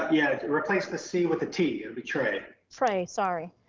yeah, replace the c with the t it'll be trey. trey, sorry.